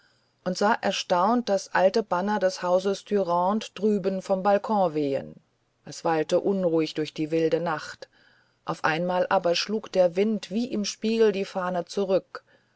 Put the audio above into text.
und sah erstaunt das alte banner des hauses dürande drüben vom balkon wehen es wallte ruhig durch die wilde nacht auf einmal aber schlug der wind wie im spiel die fahne zurück